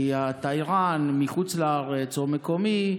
כי התיירן מחוץ לארץ, או המקומי,